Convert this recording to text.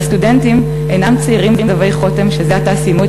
והסטודנטים אינם צעירים זבי חוטם שזה עתה סיימו את